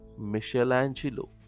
Michelangelo